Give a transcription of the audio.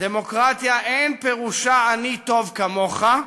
"דמוקרטיה אין פירושה: אני טוב כמוך,